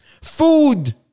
food